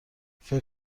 فکر